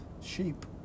sheep